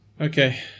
Okay